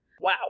Wow